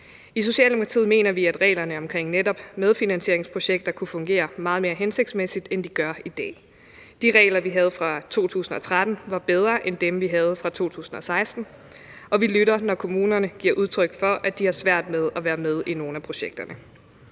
I Socialdemokratiet mener vi, at reglerne omkring netop medfinansieringsprojekter kunne fungere meget mere hensigtsmæssigt, end de gør i dag. De regler, vi havde fra 2013, var bedre end dem, vi havde fra 2016, og vi lytter, når kommunerne giver udtryk for, at de har svært ved at være med i nogle af projekterne.